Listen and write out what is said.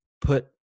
put